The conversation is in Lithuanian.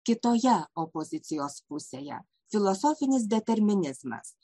kitoje opozicijos pusėje filosofinis determinizmas